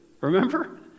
remember